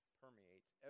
permeates